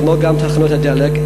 כמו גם תחנות הדלק,